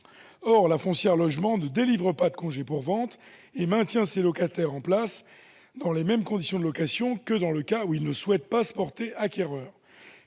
occupation. Or l'AFL ne délivre pas de congés pour vente et maintient ses locataires en place dans les mêmes conditions de location que dans le cas où ils ne souhaitent pas se porter acquéreurs.